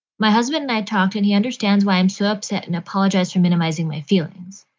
my husband and i talked and he understands why i'm so upset and apologize for minimizing my feelings.